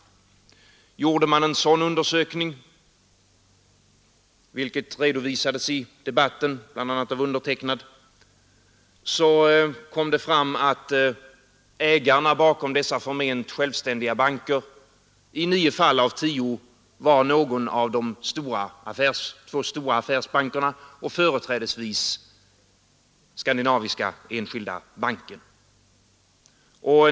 Gjorde man en sådan undersökning, vilket redovisades i debatten bl.a. av mig, kom det fram att ägarna bakom dessa förment självständiga banker i nio fall av tio var någon av de två stora affärsbankerna — och företrädesvis Skandinaviska enskilda banken.